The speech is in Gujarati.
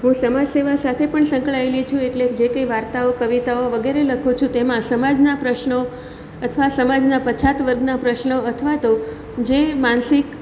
હું સમાજ સેવા સાથે પણ સંકળાયેલી છું એટલે જે કંઈ વાર્તા કવિતાઓ વગેરે લખું છું તેમાં સમાજના પ્રશ્નો અથવા સમાજના પછાત વર્ગના પ્રશ્નો અથવા તો જે માનસિક